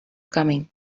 coming